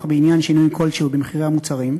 בעניין שינוי כלשהו במחירי המוצרים,